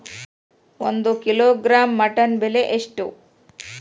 ಒಂದು kilogram mutton ಬೆಲೆ ಎಷ್ಟ್?